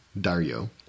Dario